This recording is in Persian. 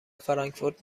فرانکفورت